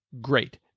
great